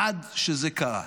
עד שזה קרה.